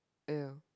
ill